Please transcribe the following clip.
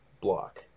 block